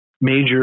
major